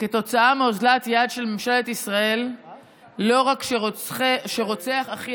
כתוצאה מאוזלת יד של ממשלת ישראל לא רק שרוצח אחי